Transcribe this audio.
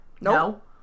No